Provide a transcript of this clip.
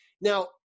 now